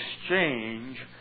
exchange